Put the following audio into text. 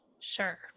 Sure